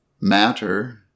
Matter